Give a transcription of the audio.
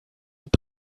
mit